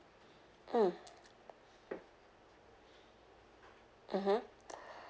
mm mmhmm